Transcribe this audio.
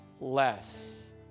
less